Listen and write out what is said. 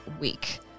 week